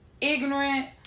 ignorant